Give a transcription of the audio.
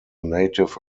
native